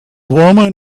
woman